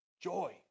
Joy